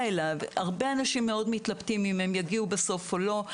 הרבה אנשים מאוד מתלבטים אם הם יגיעו בסוף או לא.